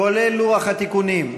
כולל לוח התיקונים,